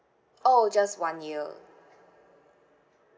oh just one year